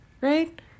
right